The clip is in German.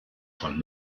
von